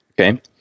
Okay